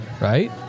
right